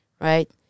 right